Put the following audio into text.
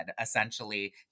essentially